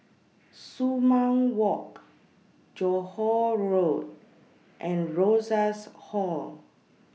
Sumang Walk Johore Road and Rosas Hall